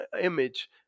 image